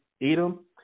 Edom